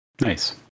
Nice